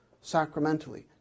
sacramentally